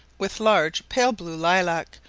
with large pale blue lilac,